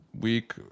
week